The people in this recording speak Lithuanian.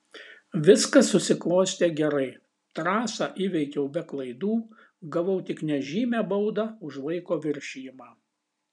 viskas susiklostė gerai trasą įveikiau be klaidų gavau tik nežymią baudą už laiko viršijimą